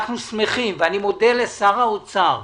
אנחנו שמחים, ואני מודה לשר האוצר,